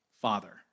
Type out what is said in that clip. Father